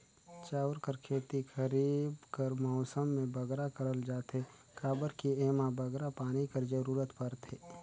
चाँउर कर खेती खरीब कर मउसम में बगरा करल जाथे काबर कि एम्हां बगरा पानी कर जरूरत परथे